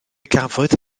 gafodd